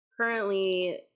currently